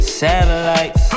satellites